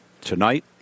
Tonight